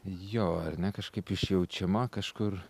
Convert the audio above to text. jo ar ne kažkaip išjaučiama kažkur